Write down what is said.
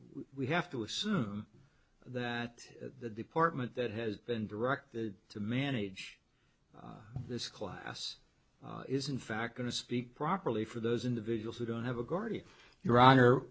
we have to assume that the department that has been directed to manage this class is in fact going to speak properly for those individuals who don't have a guardian your honor